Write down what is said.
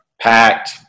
packed